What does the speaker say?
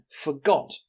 forgot